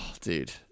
Dude